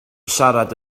siarad